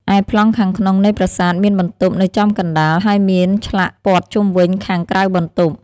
ឯប្លង់ខាងក្នុងនៃប្រាសាទមានបន្ទប់នៅចំកណ្តាល ហើយមានឆ្លាក់ព័ទ្ធជុំវិញខាងក្រៅបន្ទប់។